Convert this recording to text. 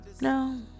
No